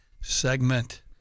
segment